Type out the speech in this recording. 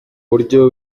buryo